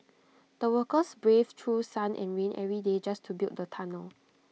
the workers braved through sun and rain every day just to build the tunnel